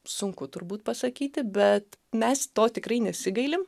sunku turbūt pasakyti bet mes to tikrai nesigailim